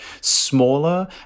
smaller